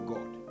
God